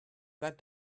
that